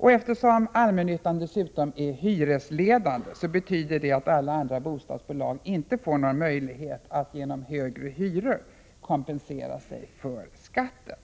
Eftersom allmännyttan dessutom är hyresledande betyder det att inget av de andra bostadsbolagen får någon möjlighet att genom högre hyror kompensera sig för skatten.